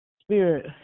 Spirit